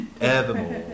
evermore